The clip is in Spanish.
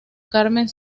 carmen